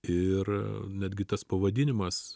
ir netgi tas pavadinimas